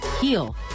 heal